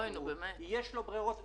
יש לו ברירות.